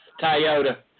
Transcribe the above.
Toyota